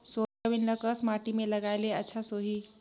Soybean ल कस माटी मे लगाय ले अच्छा सोही?